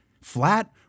flat